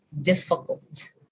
difficult